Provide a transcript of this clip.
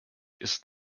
ist